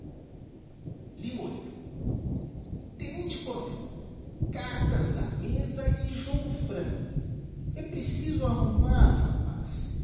limoeiro tenente-coronel cartas na mesa e jogo franco e preciso arrumar o rapaz